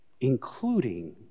including